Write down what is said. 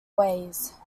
ways